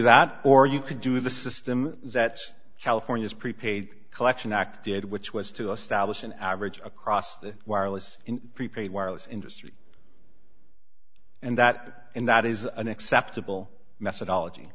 that or you could do the system that california's prepaid collection acted which was to establish an average across the wireless prepaid wireless industry and that and that is an acceptable methodology